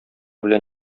белән